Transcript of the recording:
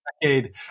decade